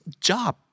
job